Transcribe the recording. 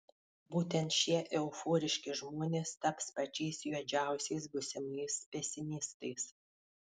būtent šie euforiški žmonės taps pačiais juodžiausiais būsimais pesimistais